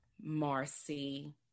Marcy